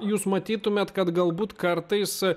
jūs matytumėt kad galbūt kartais